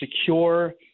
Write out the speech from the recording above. secure